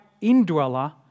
indweller